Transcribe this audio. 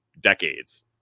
Decades